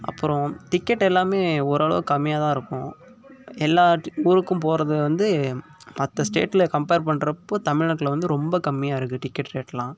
அப்புறம் டிக்கெட் எல்லாமே ஓரளவு கம்மியாக தான் இருக்கும் எல்லா ஊருக்கும் போகிறது வந்து மற்ற ஸ்டேட்சில் கம்ப்பேர் பண்ணுறப் போது தமிழ்நாட்டில் வந்து ரொம்ப கம்மியாக இருக்குது டிக்கெட் ரேட்டெல்லாம்